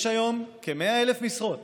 יש היום כ-100,000 משרות